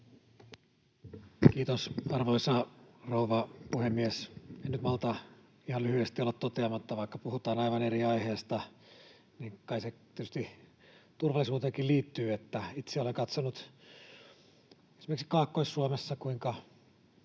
Kiitos, arvoisa rouva puhemies! En nyt malta ihan lyhyesti olla toteamatta, vaikka puhutaan aivan eri aiheesta, mutta kai se tietysti turvallisuuteenkin liittyy, että itse olen katsonut esimerkiksi Kaakkois-Suomessa, kuinka